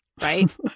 Right